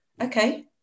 okay